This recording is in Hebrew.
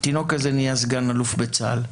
התינוק הזה נהיה סגן אלוף בצה"ל,